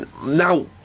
Now